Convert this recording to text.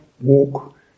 walk